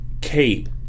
Kate